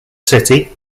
city